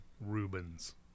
Rubens